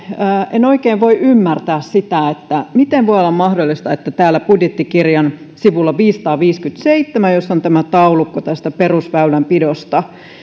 en oikein voi ymmärtää sitä miten voi olla mahdollista että täällä budjettikirjan sivulla viisisataaviisikymmentäseitsemän jossa on tämä taulukko perusväylänpidosta